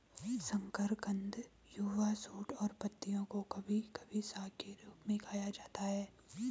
शकरकंद युवा शूट और पत्तियों को कभी कभी साग के रूप में खाया जाता है